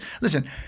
listen